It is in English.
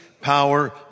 power